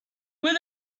when